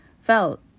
felt